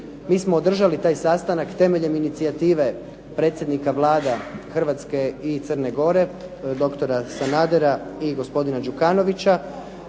Mi smo održali taj sastanak temeljem inicijative predsjednika vlada Hrvatske i Crne Gore, doktora Sanadera i gospodina Đukanovića.